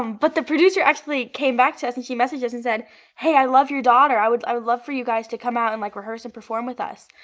um but, the producer actually came back to us, and she messaged us and said hey, i love your daughter. i would i would love for you guys to come out and like rehearse and perform with us.